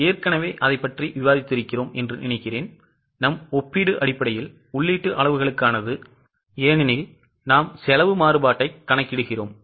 நாம் ஏற்கனவே அதைப் பற்றி விவாதித்தோம் என்று நினைக்கிறேன் நம் ஒப்பீடு அடிப்படையில் உள்ளீட்டு அளவுகளுக்கானது ஏனெனில் நாம் செலவு மாறுபாட்டைக் கணக்கிடுகிறோம்